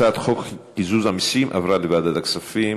הצעת חוק קיזוז מסים (תיקון מס' 2) עברה לוועדת הכספים.